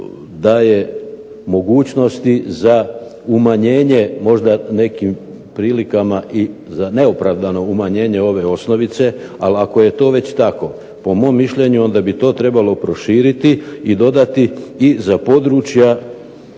daje mogućnosti za umanjenje možda nekim prilikama i za neopravdano umanjenje ove osnovice. Ali ako je to već tako po mom mišljenju onda bi to trebalo proširiti i dodati i za područja